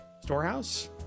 storehouse